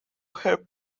her